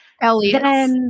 Elliot